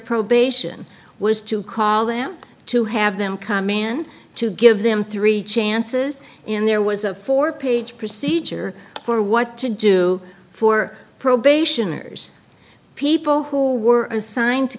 probation was to call them to have them come in to give them three chances and there was a four page procedure for what to do for probationers people who were assigned to